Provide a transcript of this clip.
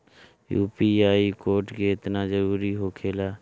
UPI code केतना जरुरी होखेला?